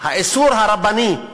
האיסור הרבני על